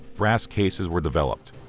brass cases were developed